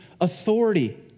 authority